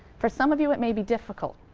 for some of you it may be difficult.